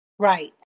Right